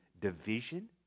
division